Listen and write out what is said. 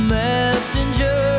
messenger